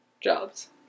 jobs